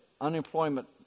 unemployment